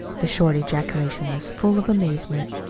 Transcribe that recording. the short ejaculation was full of amazement.